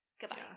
goodbye